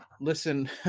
listen